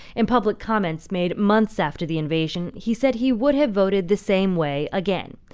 in public comments made months after the invasion, he said he would have voted the same way again.